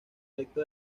electo